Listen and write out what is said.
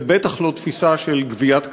ובטח לא תפיסה של גביית כספים,